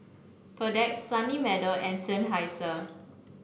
Perdix Sunny Meadow and Seinheiser